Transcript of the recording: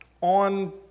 on